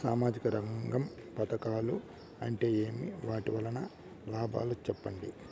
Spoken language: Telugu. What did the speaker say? సామాజిక రంగం పథకాలు అంటే ఏమి? వాటి వలన లాభాలు సెప్పండి?